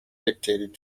dictated